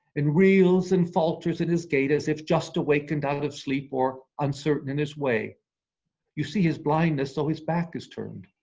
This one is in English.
and reels and falters in his gait, as if just awakened out of sleep, or uncertain of and his way you see his blindness, though his back is turned.